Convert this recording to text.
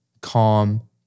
calm